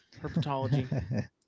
herpetology